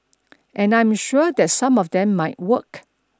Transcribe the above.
and I am sure that some of them might work